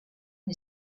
who